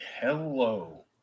Hello